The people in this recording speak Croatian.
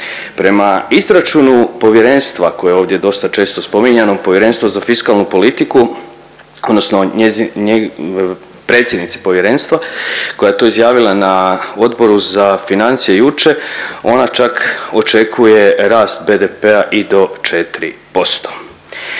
Prema izračunu povjerenstva koje je ovdje dosta često spominjano Povjerenstvo za fiskalnu politiku, odnosno predsjednici povjerenstva koja je to izjavila na Odboru za financije jučer ona čak očekuje rast BDP-a i do 4%.